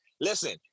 Listen